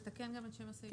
כן, לתקן גם את שם הסעיף.